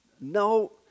No